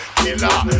killer